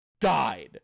died